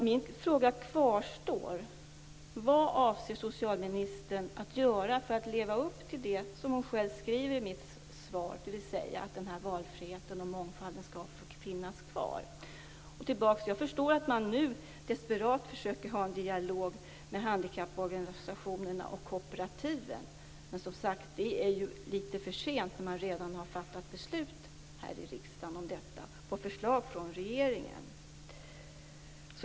Min fråga kvarstår: Vad avser socialministern att göra för att leva upp till det som hon själv skriver i svaret till mig, dvs. att valfriheten och mångfalden skall finnas kvar? Jag förstår att man nu desperat försöker ha en dialog med handikapporganisationerna och kooperativen, men det är ju för sent, när man redan har fattat beslut om detta här i riksdagen på förslag från regeringen.